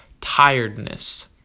tiredness